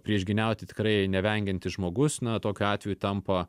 priešgyniauti tikrai nevengiantis žmogus na tokiu atveju tampa